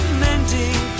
mending